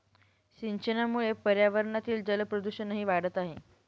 सिंचनामुळे पर्यावरणातील जलप्रदूषणही वाढत आहे